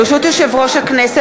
ברשות יושב-ראש הכנסת,